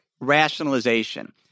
rationalization